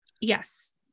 Yes